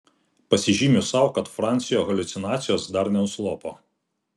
pasižymiu sau kad francio haliucinacijos dar nenuslopo